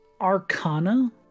arcana